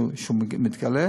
כשהוא מגלה